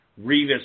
Revis